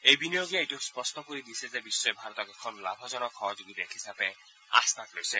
এই বিনিয়োগে এইটো স্পষ্ট কৰি দিছে যে বিশ্বই ভাৰতক এখন লাভজনক সহযোগী দেশ হিচাপে আস্থাত লৈছে